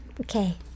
Okay